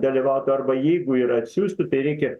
dalyvautų arba jeigu ir atsiųstų tai reikia